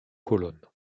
colonne